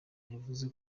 yavuze